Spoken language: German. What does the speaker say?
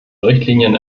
richtlinien